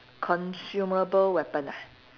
consumable weapon ah